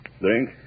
Drink